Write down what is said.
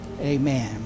Amen